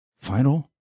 final